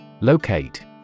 Locate